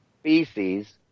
species